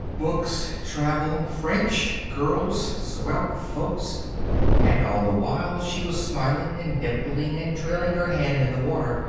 books, travel, french, girls, swell folks and all the while she was smiling and dimpling and trailing her hand in the water.